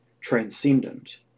transcendent